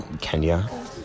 kenya